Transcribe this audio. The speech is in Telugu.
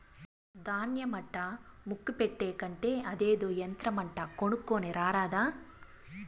దాన్య మట్టా ముక్క పెట్టే కంటే అదేదో యంత్రమంట కొనుక్కోని రారాదా